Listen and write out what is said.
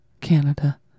Canada